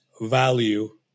value